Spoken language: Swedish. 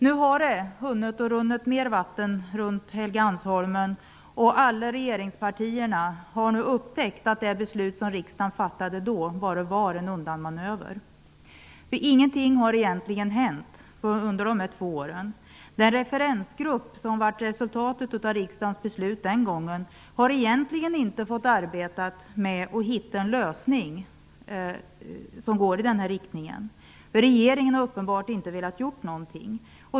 Nu har det hunnit rinna mer vatten runt Helgeandsholmen, och alla regeringspartierna har nu upptäckt att det beslut som riksdagen fattade då bara var en undanmanöver. Ingenting har egentligen hänt under de här två åren. Den referensgrupp som blev resultatet av riksdagens beslut den gången har egentligen inte fått arbeta med att hitta en lösning som går i den här riktningen, och regeringen har uppenbarligen inte velat göra någonting.